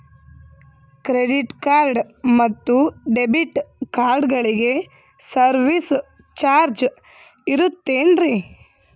Credit card ಮತ್ತು debit ಕಾರ್ಡಗಳಿಗೆ service charge ಇರುತೇನ್ರಿ?